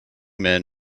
men